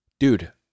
Dude